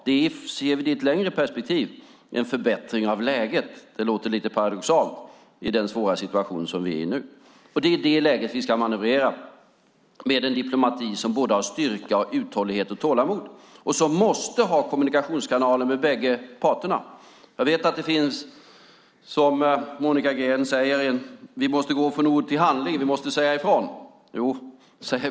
Sett i ett längre perspektiv är det en förbättring av läget, även om det låter lite paradoxalt i den svåra situation som vi är i nu. Det är i det läget vi ska manövrera med en diplomati som har både styrka, uthållighet och tålamod - och som måste ha kommunikationskanaler med bägge parterna. Monica Green säger att vi måste gå från ord till handling, att vi måste säga ifrån.